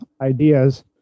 ideas